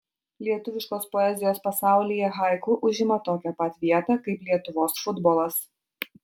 lietuviškos poezijos pasaulyje haiku užima tokią pat vietą kaip lietuvos futbolas